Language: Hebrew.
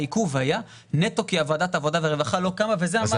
העיכוב היה נטו כי ועדת העבודה והרווחה לא קמה ואת זה אמרתי.